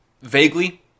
Vaguely